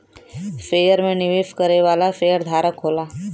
share में निवेश करे वाला शेयरधारक होला